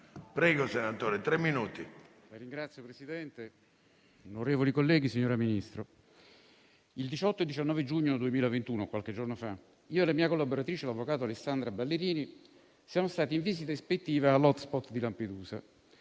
Signora Ministro, il 18 e 19 giugno 2021, qualche giorno fa, io e la mia collaboratrice, l'avvocato Alessandra Ballerini, siamo stati in visita ispettiva all'*hotspot* di Lampedusa,